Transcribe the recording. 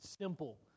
simple